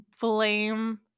blame